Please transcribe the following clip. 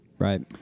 Right